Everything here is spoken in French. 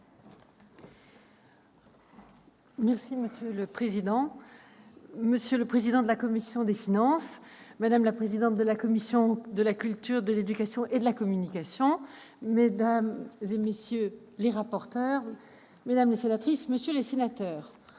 Monsieur le président, monsieur le président de la commission des finances, madame la présidente de la commission de la culture, de l'éducation et de la communication, mesdames, messieurs les rapporteurs, mesdames les sénatrices, messieurs les sénateurs,